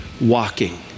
walking